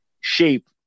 shape